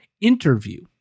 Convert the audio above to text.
interview